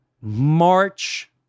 march